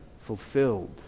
fulfilled